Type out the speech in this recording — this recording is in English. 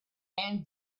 and